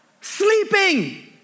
Sleeping